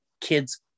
kids